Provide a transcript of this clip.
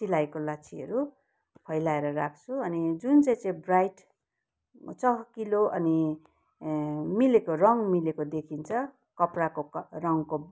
सिलाइको लाछीहरू फैलाएर राख्छु अनि जुन चाहिँ चाहिँ ब्राइट चहकिलो अनि मिलेको रङ मिलेको देखिन्छ कपडाको रङको